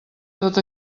tot